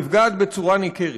נפגעת בצורה ניכרת.